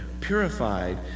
purified